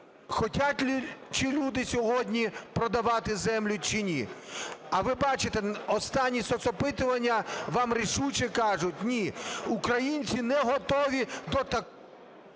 хочуть люди сьогодні продавати землю чи ні. А ви бачите, останні соцопитування вам рішуче кажуть: ні, українці не готові до…